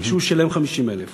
כשהוא שילם 50,000 שקלים.